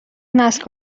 نسل